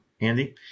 Andy